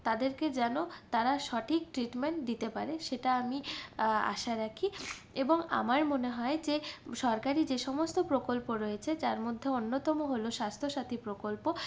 তাদেরকে যেন তারা সঠিক ট্রিটমেন্ট দিতে পারে সেটা আমি আশা রাখি এবং আমার মনে হয় যে সরকারি যে সমস্ত প্রকল্প রয়েছে যার মধ্যে অন্যতম হল স্বাস্থ্যসাথী প্রকল্প